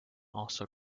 also